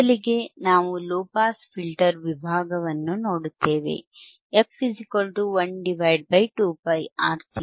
ಮೊದಲಿಗೆ ನಾವು low pass filter ವಿಭಾಗವನ್ನು ನೋಡುತ್ತೇವೆ f 1 2πRC